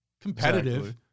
competitive